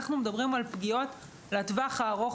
אנחנו מדברים על פגיעות לטווח הארוך,